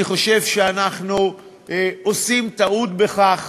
אני חושב שאנחנו עושים טעות בכך.